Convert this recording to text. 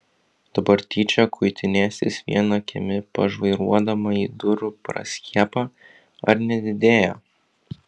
dabar tyčia kuitinėsis viena akimi pažvairuodama į durų praskiepą ar nedidėja